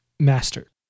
Master